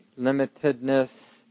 limitedness